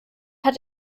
hat